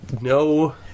no